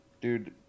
Dude